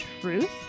Truth